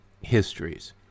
histories